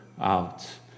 out